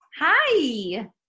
Hi